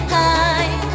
high